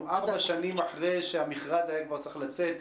ארבע שנים אחרי שהמכרז היה צריך כבר לצאת.